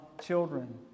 children